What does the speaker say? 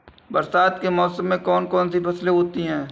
बरसात के मौसम में कौन कौन सी फसलें होती हैं?